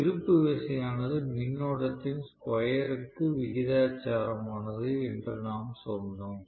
திருப்பு விசையானது மின்னோட்டத்தின் ஸ்கொயர் க்கு விகிதாசாரமானது என்று நாம் சொன்னோம்